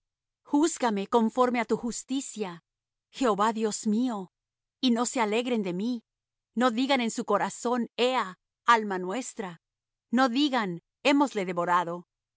júzgame conforme á tu justicia jehová dios mío y no se alegren de mí no digan en su corazón ea alma nuestra no digan hémoslo devorado